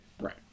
Right